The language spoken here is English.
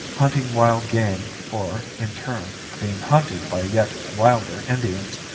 hunting wild game or, in turn, being hunted by yet wilder indians,